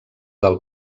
del